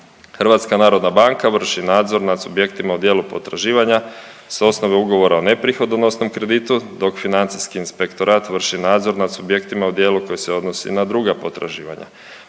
inspektorat. HNB vrši nadzor nad subjektima u djelu potraživanja s osnove ugovora o neprihodonosnom kreditu dok financijski inspektorat vrši nadzor nad subjektima u dijelu koji se odnosi na druga potraživanja.